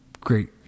great